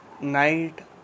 night